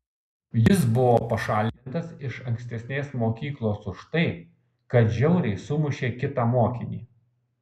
jis buvo pašalintas iš ankstesnės mokyklos už tai kad žiauriai sumušė kitą mokinį